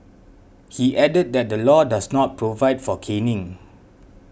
he added that the law does not provide for caning